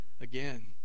again